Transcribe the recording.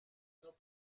nos